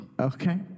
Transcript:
Okay